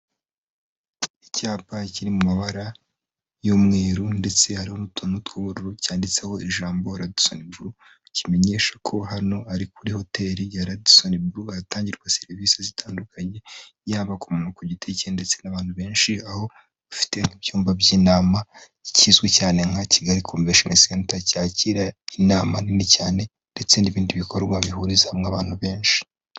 Icyapa kiri mu mabara y'umweru, ndetse hari n'utuntu tw'ubururu, cyanditseho ijambo rodisoni buru, kimenyesha ko hano ari kuri hoteli ya radisoni buru, hatangirwa serivisi zitandukanye ,yaba ku muntu ku giti cye, ndetse n'abantu benshi, aho bafite mu byumba by'inama kizwi cyane nka kigali convesheni senta, cyakira inama nini cyane, ndetse n'ibindi bikorwa bihuriza hamwe abantu benshi.